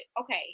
okay